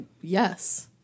Yes